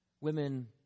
women